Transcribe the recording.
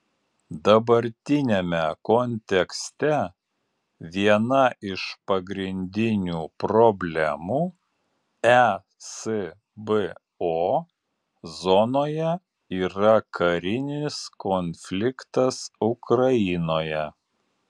dabartiniame kontekste viena iš pagrindinių problemų esbo zonoje yra karinis konfliktas ukrainoje